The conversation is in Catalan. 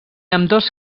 ambdós